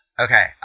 Okay